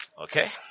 Okay